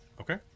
Okay